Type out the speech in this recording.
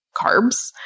carbs